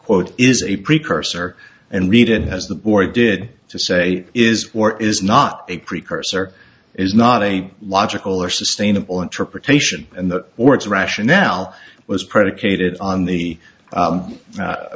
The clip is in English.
quote is a precursor and read and has the board did to say is or is not a precursor is not a logical or sustainable interpretation and the words rationale was predicated on the